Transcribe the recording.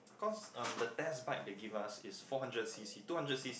cause um the test bike they give us is four hundred C_C two hundred C